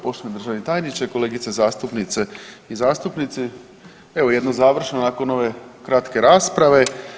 Poštovani državni tajniče, kolegice zastupnice i zastupnici evo jedno završno nakon ove kratke rasprave.